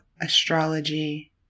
astrology